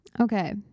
Okay